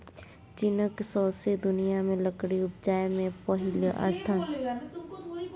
चीनक सौंसे दुनियाँ मे लकड़ी उपजाबै मे पहिल स्थान छै